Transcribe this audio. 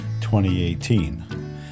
2018